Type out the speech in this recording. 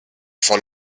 voll